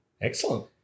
Excellent